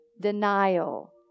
denial